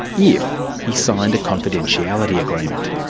if he signed a confidentiality agreement.